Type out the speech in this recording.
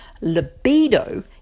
Libido